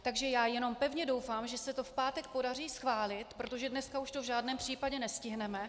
Takže já jenom pevně doufám, že se to v pátek podaří schválit, protože dneska už to v žádném případě nestihneme.